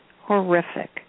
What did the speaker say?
horrific